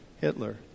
Hitler